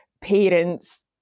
parents